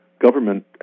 government